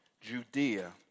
Judea